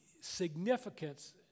significance